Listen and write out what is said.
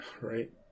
Right